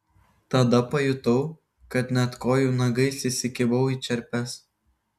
tada pajutau kad net kojų nagais įsikibau į čerpes